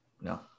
No